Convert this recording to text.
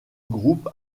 groupe